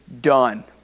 done